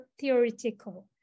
theoretical